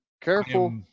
Careful